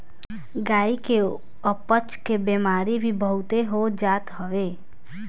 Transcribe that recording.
गाई के अपच के बेमारी भी बहुते हो जात हवे